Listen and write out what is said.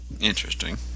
Interesting